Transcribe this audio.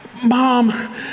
mom